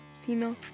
female